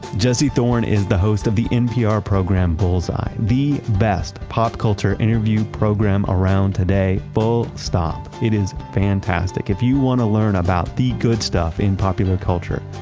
jessie thorne is the host of the npr program bullseye, the best pop culture interview program around today, full stop. it is fantastic, if you want to learn about the good stuff in popular culture,